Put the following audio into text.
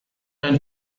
dein